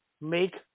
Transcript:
make